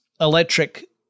electric